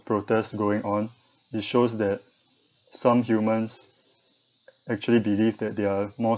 protests going on it shows that some humans actually believe that they are more